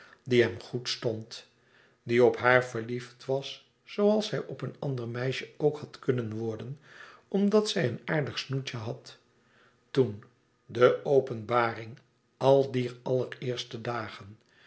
die hem goed stond die op haar verliefd was zooals hij op een ander meisje ook had kunnen worden omdat zij een aardig snoetje had toen de openbaring al dier allereerste dagen